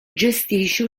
gestisce